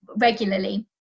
regularly